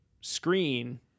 screen